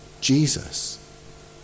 Jesus